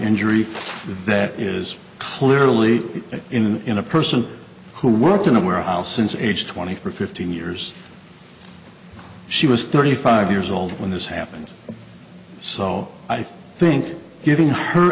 injury that is clearly in in a person who worked in a warehouse since age twenty for fifteen years she was thirty five years old when this happened so i think giving h